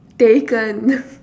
taken